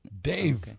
Dave